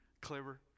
clever